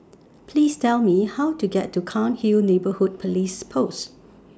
Please Tell Me How to get to Cairnhill Neighbourhood Police Post